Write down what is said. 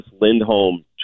Lindholm